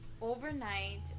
overnight